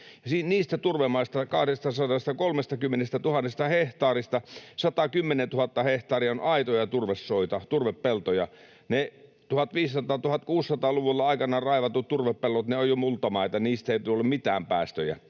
Niistä turvemaista, 230 000 hehtaarista, 110 000 hehtaaria on aitoja turvesoita, turvepeltoja. — Ne aikanaan 1500—1600‑luvulla raivatut turvepellot ovat jo multamaita, niistä ei tule mitään päästöjä.